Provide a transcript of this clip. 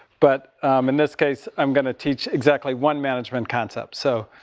but in this case, i'm going to teach exactly one management concept. so,